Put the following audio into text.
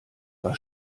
war